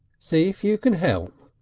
see if you can help,